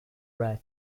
rare